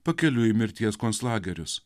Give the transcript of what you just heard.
pakeliui į mirties konclagerius